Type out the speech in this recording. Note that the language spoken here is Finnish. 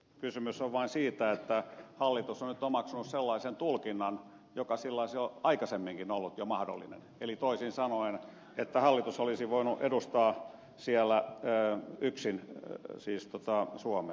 kysymys on vain siitä että hallitus on nyt omaksunut sellaisen tulkinnan joka aikaisemminkin on ollut jo mahdollinen eli toisin sanoen että hallitus olisi voinut edustaa siellä yksin suomea näissä kokouksissa